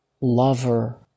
lover